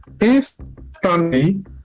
Instantly